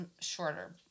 shorter